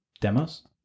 Demos